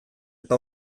eta